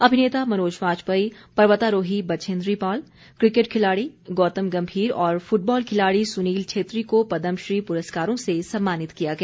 अभिनेता मनोज वाजपेयी पर्वतारोही बछेन्द्री पाल क्रिकेट खिलाड़ी गौतम गंभीर और फुटबॉल खिलाड़ी सुनील छेत्री को पद्म श्री पुरस्कारों से सम्मानित किया गया